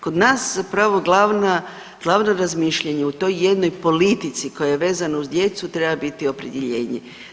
Kod nas zapravo glavna, glavno razmišljanje u toj jednoj politici koja je vezana za djecu treba biti opredjeljenje.